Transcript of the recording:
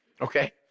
Okay